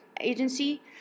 Agency